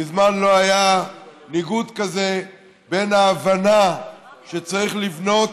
מזמן לא היה ניגוד כזה בין ההבנה שצריך לבנות,